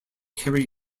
carry